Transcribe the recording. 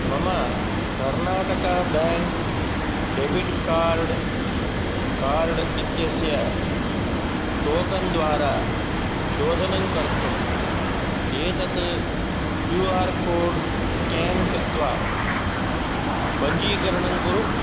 मम Karnataka bank debit card card इत्यस्य token द्वारा शोधनं कर्तुम् एतत् क्यू आर् कोड् स्केन् कृत्वा पञ्जीकरणं कुरु